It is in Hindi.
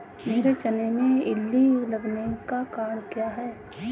मेरे चने में इल्ली लगने का कारण क्या है?